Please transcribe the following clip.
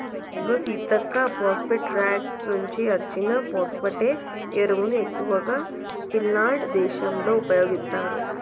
ఇగో Seethakka phosphate rock నుంచి అచ్చిన phosphate ఎరువును ఎక్కువగా ఫిన్లాండ్ దేశంలో ఉపయోగిత్తారు